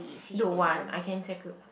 don't want I can